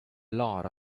lot